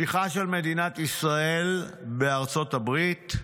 שליחה של מדינת ישראל לארצות הברית,